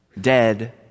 Dead